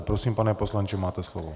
Prosím, pane poslanče, máte slovo.